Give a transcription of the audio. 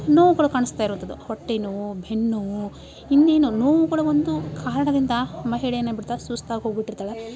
ನೋವುಗಳು ಕಾಣಿಸ್ತಾ ಇರುವಂಥದ್ದು ಹೊಟ್ಟೆ ನೋವು ಬೆನ್ನು ನೋವು ಇನ್ನೇನು ನೋವುಗಳ ಒಂದು ಕಾರಣದಿಂದ ಮಹಿಳೆ ಏನಾಗ್ಬಿಡ್ತಾಳೆ ಸುಸ್ತಾಗಿ ಹೋಗಿ ಬಿಟ್ಟಿರ್ತಾಳೆ